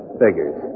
figures